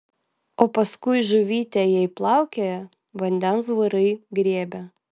o paskui žuvytė jei plaukioja vandens vorai griebia